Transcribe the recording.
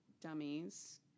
dummies